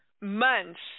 months